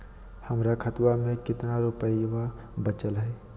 हमर खतवा मे कितना रूपयवा बचल हई?